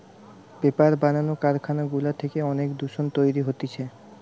paper বানানো কারখানা গুলা থেকে অনেক দূষণ তৈরী হতিছে